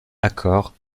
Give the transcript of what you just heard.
accords